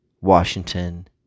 Washington